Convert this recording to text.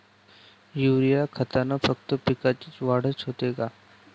Urea खतानं फक्त पिकाची वाढच होते का?